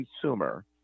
consumer